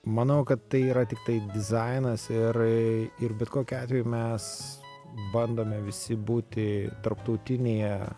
manau kad tai yra tiktai dizainas ir ir bet kokiu atveju mes bandome visi būti tarptautinėje